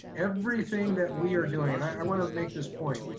everything that we are doing, and i want to make this point,